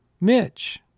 Mitch